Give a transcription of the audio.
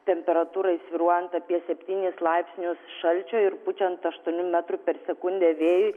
temperatūrai svyruojant apie septynis laipsnius šalčio ir pučiant aštuonių metrų per sekundę vėjui